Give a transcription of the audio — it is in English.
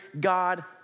God